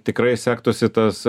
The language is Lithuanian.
tikrai sektųsi tas